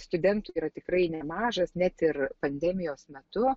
studentų yra tikrai nemažas net ir pandemijos metu